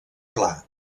pla